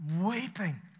weeping